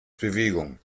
bewegung